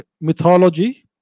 mythology